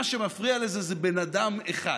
מה שמפריע לזה זה בן אדם אחד